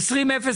אוקיי, נדבר.